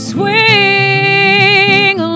Swing